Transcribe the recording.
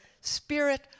Spirit